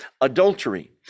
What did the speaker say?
Adultery